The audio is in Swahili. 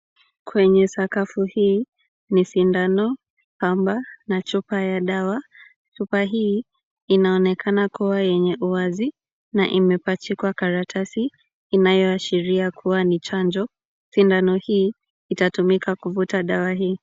Kwenye sakafu hii ni sindano, pamba na chupa ya dawa. Chupa hii inaonekana kuwa wazi na imepachikwa karatasi inayoashiria kuwa ni chanjo. Sindanio hii itatumika kuvuta dawa hii.